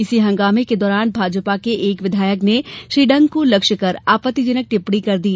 इसी हंगामे के दौरान भाजपा के एक विधायक ने श्री डंग को लक्ष्य कर आपत्तिजनक टिप्पणी कर दी